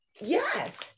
yes